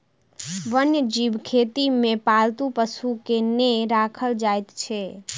वन्य जीव खेती मे पालतू पशु के नै राखल जाइत छै